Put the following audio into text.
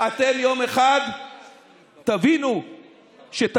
אתם יום אחד תבינו שטעיתם.